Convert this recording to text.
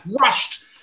rushed